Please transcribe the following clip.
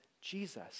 Jesus